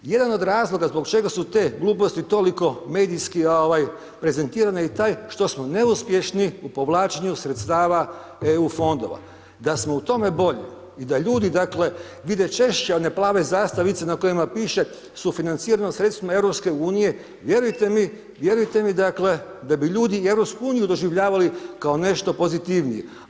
Jedan od razloga zbog čega su te gluposti toliko medijski prezentirane je i taj što smo neuspješni u povlačenju sredstava EU fondova, da smo u tome bolji i da ljudi, dakle, vide češće one plave zastavnice na kojima piše „sufinancirano sredstvima EU“ vjerujte mi, vjerujte mi dakle, da bi ljudi EU doživljavali kao nešto pozitivnije.